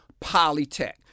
Polytech